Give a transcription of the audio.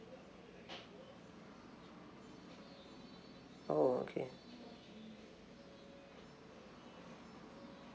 oh okay